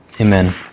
Amen